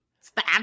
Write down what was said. Stop